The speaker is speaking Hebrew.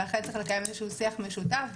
לכן צריכים לקיים איזשהו שיח משותף,